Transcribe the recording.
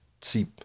see